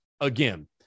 again